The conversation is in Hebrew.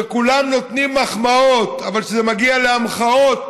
כשכולם נותנים מחמאות אבל כשזה מגיע להמחאות